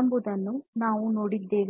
ಎಂಬುದನ್ನು ನಾವು ನೋಡಿದ್ದೇವೆ